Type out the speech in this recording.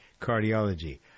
cardiology